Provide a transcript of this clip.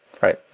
right